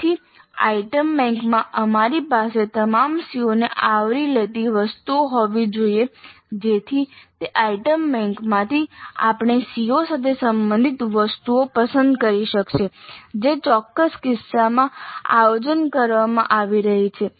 તેથી આઇટમ બેંકમાં અમારી પાસે તમામ CO ને આવરી લેતી વસ્તુઓ હોવી જોઈએ જેથી તે આઇટમ બેંકમાંથી આપણે CO સાથે સંબંધિત વસ્તુઓ પસંદ કરી શકીએ જે ચોક્કસ કિસ્સામાં આયોજન કરવામાં આવી રહી છે